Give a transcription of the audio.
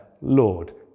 Lord